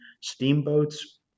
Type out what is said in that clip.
steamboats